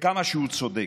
כמה שהוא צודק.